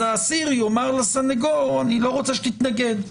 האסיר יאמר לסנגור: אני לא רוצה שתתנגד.